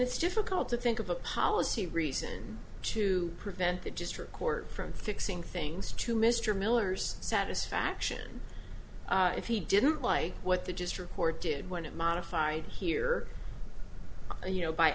it's difficult to think of a policy reason to prevent the district court from fixing things to mr miller's satisfaction if he didn't like what the just report did when it modified here you know by